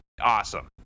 awesome